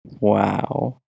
Wow